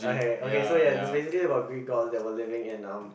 okay okay so ya it's basically about Greek gods that were living in um